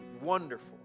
wonderful